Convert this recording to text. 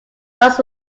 lost